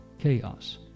chaos